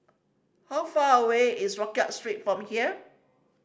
how far away is Rodyk Street from here